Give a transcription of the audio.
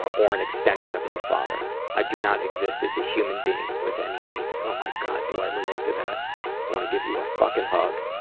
ah or an extension of my father. i do not exist as a human being with any needs. oh my god, do i relate to that. i want to give you a fucking hug.